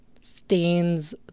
stains